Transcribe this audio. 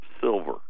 silver